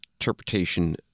interpretation